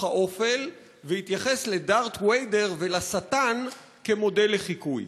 האופל והתייחס לדארת' ויידר ולשטן כמודלים לחיקוי?